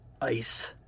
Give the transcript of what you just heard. ice